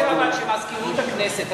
אני חושב שמזכירות הכנסת,